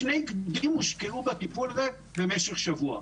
שני גדודים הושקעו בטיפול הזה במשך שבוע.